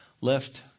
left